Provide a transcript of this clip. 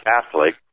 Catholic